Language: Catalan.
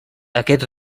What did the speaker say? aquest